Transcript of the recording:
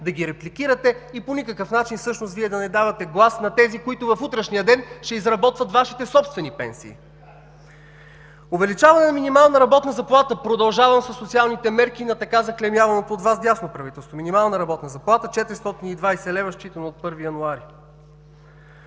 да ги репликирате и по никакъв начин да не давате гласност на тези, които в утрешния ден ще изработват Вашите собствени пенсии. Увеличаване на минималната работна заплата. Продължавам със социалните мерки на така заклеймяваното от Вас дясно правителство. Минимална работна заплата – 420 лв., считано от 1 януари